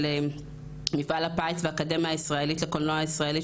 מפעל הפיס והאקדמיה הישראלית לקולנוע ישראלי,